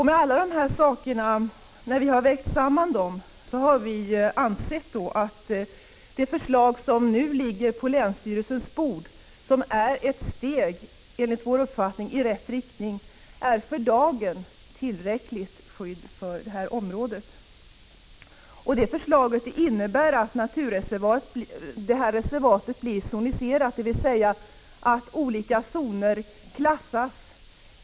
Med alla dessa saker sammanvägda har vi ansett att det förslag som nu ligger på länsstyrelsens bord enligt vår uppfattning är ett steg i rätt riktning och för dagen tillräckligt skydd för detta område. Förslaget innebär att reservatet blir zoniserat, dvs. att olika zoner klassas.